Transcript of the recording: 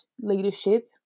leadership